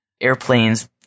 airplanes